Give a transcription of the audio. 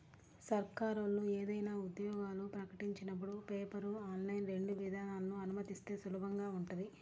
సర్కారోళ్ళు ఏదైనా ఉద్యోగాలు ప్రకటించినపుడు పేపర్, ఆన్లైన్ రెండు విధానాలనూ అనుమతిస్తే సులభంగా ఉంటది